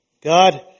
God